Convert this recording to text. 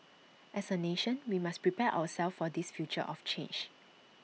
as A nation we must prepare ourselves for this future of change